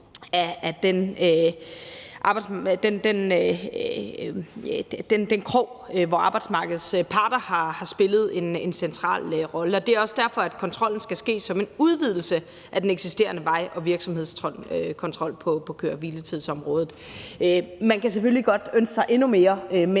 af den krog, hvor arbejdsmarkedets parter har spillet en central rolle, og det er også derfor, at kontrollen skal ske som en udvidelse af den eksisterende vej- og virksomhedskontrol på køre-hvile-tids-området. Man kan selvfølgelig godt ønske sig endnu mere,